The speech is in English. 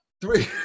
Three